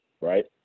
right